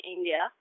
India